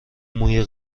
موی